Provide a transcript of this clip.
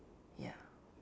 ya